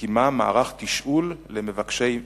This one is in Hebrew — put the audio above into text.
מקימה מערך תשאול למבקשי מקלט,